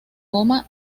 goma